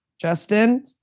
Justin